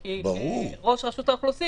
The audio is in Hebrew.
כי זה שלושה שבועות,